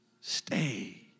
stay